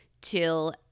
till